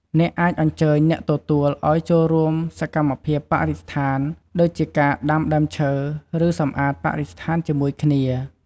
អ្នកអាចអញ្ជើញអ្នកទទួលឲ្យចូលរួមសកម្មភាពបរិស្ថាន ដូចជាការដាំដើមឈើ ឬសម្អាតបរិស្ថានជាមួយគ្នា។